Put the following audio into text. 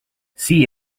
see